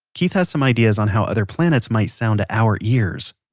keith has some ideas on how other planets might sound to our ears.